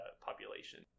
population